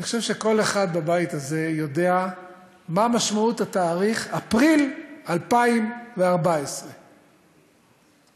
אני חושב שכל אחד בבית הזה יודע מה משמעות התאריך אפריל 2014. מיכל,